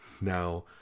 Now